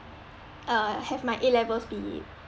uh have my A levels be